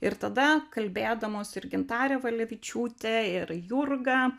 ir tada kalbėdamos ir gintarė valevičiūtė ir jurga